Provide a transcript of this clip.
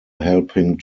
helping